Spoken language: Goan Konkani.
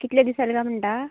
कितले दिसांनी कांय म्हणटा